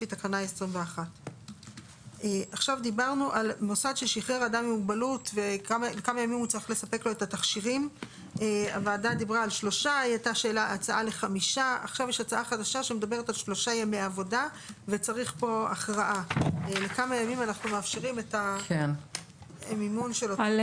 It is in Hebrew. ויפרסם אותה לציבור לפי תקנה 21א. זאת אומרת העיקרון